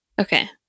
Okay